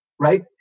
Right